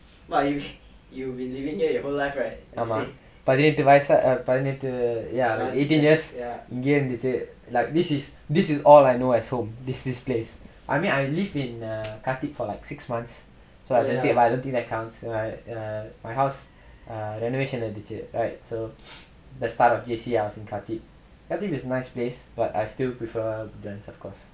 ஆமா பதினெட்டு வயசா பதினெட்டு:aama pathinettu vayasaa pathinettu ya eighteen years இங்கயே இருந்துட்டு:ingayae irunthuttu like this is this is all I know as home this place I mean I live in err khatib for like six months so I can but I don't think that counts I uh my house err renovation இருந்துச்சு:irunthuchu right so the start of J_C I was in khatib khatib is nice place but I still prefer woodlands of course